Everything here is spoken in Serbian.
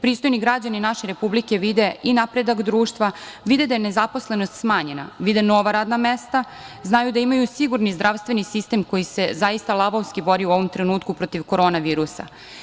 Pristojni građani naše Republike vide i napredak društva, vide da je nezaposlenost smanjena, vide nova radna mesta, znaju da imaju sigurni zdravstveni sistem koji se zaista lavovski bori u ovom trenutku protiv korona virusa.